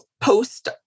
post